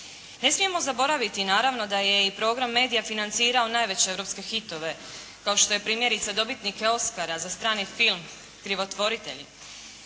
Ne smijemo zaboraviti naravno da je i Program MEDIA financirao najveće europske filmove kao što je primjerice dobitnik Oskara za strani film "Krivotvoritelji"